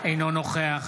אינו נוכח